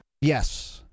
yes